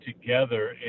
together